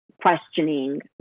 questioning